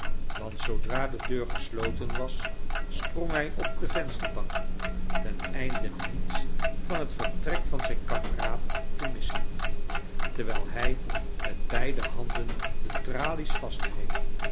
want zoodra de deur gesloten was sprong hij op i de vensterbank ten einde niets van het vertrek van zijn kameraad te mis sen terwijl hij met beide handen de tralies